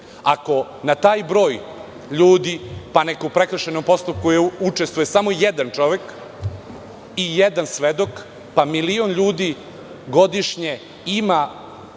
Ako na taj broj ljudi, pa neka u prekršajnom postupku učestvuje samo jedan čovek i jedan svedok, milion ljudi godišnje ima